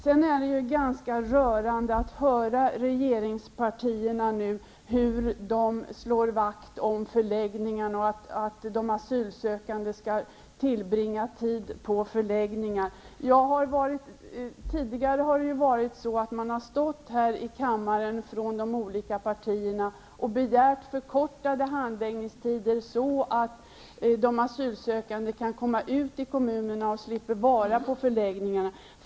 Det är ganska rörande att höra representanter för regeringspartierna tala om hur de senare slår vakt om förläggningar och om att de asylsökande skall tillbringa en tid på förläggningar. Tidigare har representanter för de olika partierna här i kammaren begärt förkortade handläggningstider, så att de asylsökande kan komma ut i kommunerna och därmed slipper vara ute på förläggningarna.